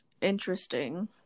interesting